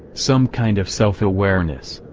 some kind of self-awareness.